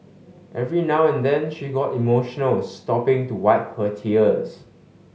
every now and then she got emotional stopping to wipe her tears